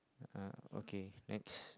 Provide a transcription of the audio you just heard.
uh okay next